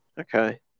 Okay